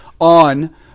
on